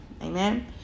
Amen